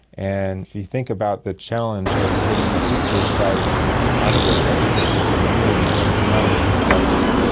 and if you think about the challenge of hitting a suitcase-sized object at the distance of the moon, it's not an easy prospect.